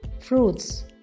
fruits